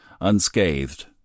unscathed